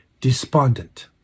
despondent